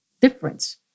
difference